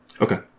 Okay